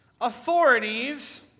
authorities